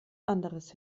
anderes